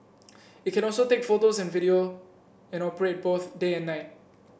it can also take photos and video and operate both day and night